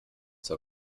zur